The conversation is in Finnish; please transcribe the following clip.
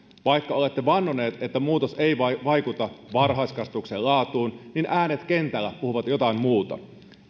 vaikka olette vannoneet että muutos ei vaikuta varhaiskasvatuksen laatuun niin äänet kentällä puhuvat jotain muuta